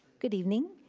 good evening.